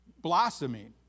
blossoming